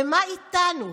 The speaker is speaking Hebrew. ומה איתנו?